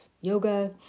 yoga